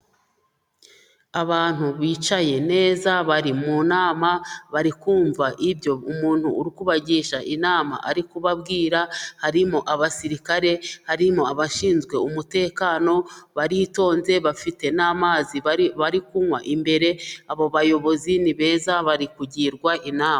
Abantu bicaye neza, bari mu nama, bari kumva ibyo umuntu uri uko kubagisha inama ari kubabwira, harimo abasirikare, harimo abashinzwe umutekano, baritonze, bafite n'amazi bari kunywa imbere, abo bayobozi ni beza bari kugirwa inama.